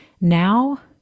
now